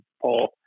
Paul